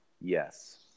yes